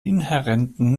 inhärenten